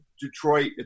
Detroit